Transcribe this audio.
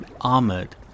armored